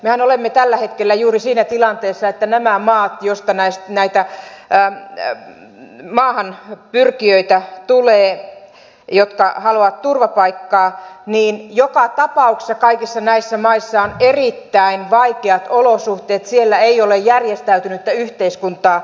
mehän olemme tällä hetkellä juuri siinä tilanteessa että kaikissa näissä maissa joista tulee näitä maahanpyrkijöitä jotka haluavat turvapaikkaa on joka tapauksessa erittäin vaikeat olosuhteet siellä ei ole järjestäytynyttä yhteiskuntaa olemassa